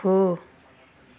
हो